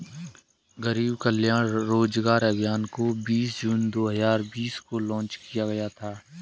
गरीब कल्याण रोजगार अभियान को बीस जून दो हजार बीस को लान्च किया गया था